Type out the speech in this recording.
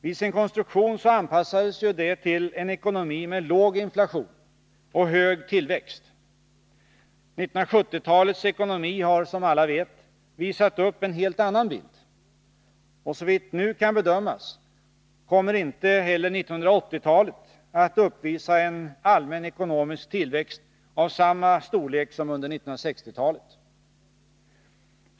Vid dess konstruktion anpassades det till en ekonomi med låg inflation och hög tillväxt. 1970-talets ekonomi har, som alla vet, visat upp en helt annan bild. Såvitt nu kan bedömas kommer inte heller 1980-talet att uppvisa en allmän ekonomisk tillväxt av samma storlek som under 1960-talet.